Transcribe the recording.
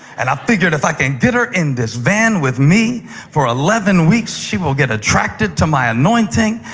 and i figured if i can get her in this van with me for eleven weeks she will get attracted to my anointing.